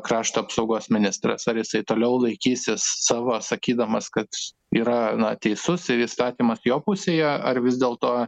krašto apsaugos ministras ar jisai toliau laikysis savo sakydamas kad yra teisus ir įstatymas jo pusėje ar vis dėlto